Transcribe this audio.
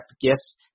gifts